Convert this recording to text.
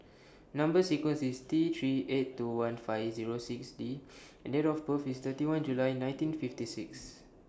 Number sequence IS T three eight two one five Zero six D and Date of birth IS thirty one July nineteen fifty six